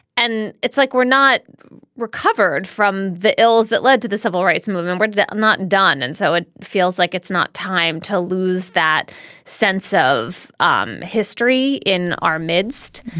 and it's like we're not recovered from the ills that led to the civil rights movement. we're um not done. and so it feels like it's not time to lose that sense of um history in our midst.